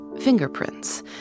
Fingerprints